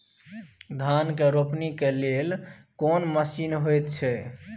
धान के रोपनी के लेल कोन मसीन होयत छै?